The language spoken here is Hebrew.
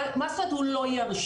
מה זאת אומרת הוא לא ירשה?